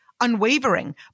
unwavering